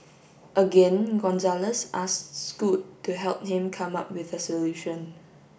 again Gonzalez asked Scoot to help him come up with a solution